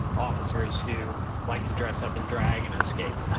officers who liked to dress up in drag and escape. ah